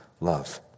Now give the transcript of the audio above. love